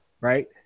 right